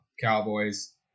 Cowboys